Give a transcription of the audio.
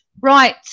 Right